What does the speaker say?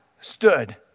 stood